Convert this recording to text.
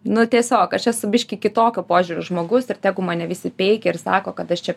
nu tiesiog aš esu biškį kitokio požiūrio žmogus ir tegu mane visi peikia ir sako kad aš čia